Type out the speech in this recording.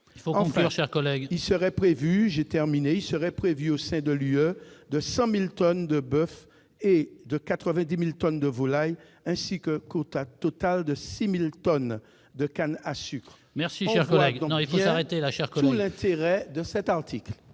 de l'Union européenne, de 100 000 tonnes de boeuf et de 90 000 tonnes de volaille, ainsi qu'un quota total de 600 000 tonnes de canne à sucre. On voit donc bien tout l'intérêt de cet article.